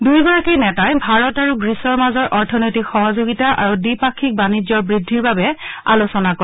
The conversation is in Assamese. দুয়োগৰাকী নেতাই ভাৰত আৰু গ্ৰীচৰ মাজৰ অৰ্থনৈতিক সহযোগিতা আৰু দ্বিপাক্ষিক বাণিজ্যৰ বৃদ্ধিৰ বাবে আলোচনা কৰে